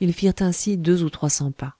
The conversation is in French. ils firent ainsi deux ou trois cents pas